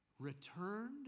returned